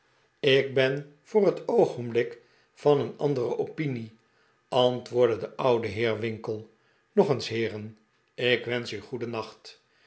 ik ben voor het oogenblik van een andere opinie antwoordde de oude heer winkle nog eens heeren ik wensch u goedennacht